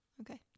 Okay